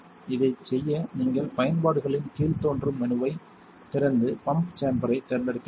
இதைச் செய்ய நீங்கள் பயன்பாடுகளின் கீழ்தோன்றும் மெனுவைத் திறந்து பம்ப் சேம்பரைத் தேர்ந்தெடுக்க வேண்டும்